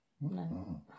No